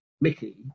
Mickey